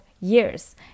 years